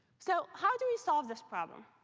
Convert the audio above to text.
so how do we solve this problem?